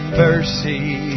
mercy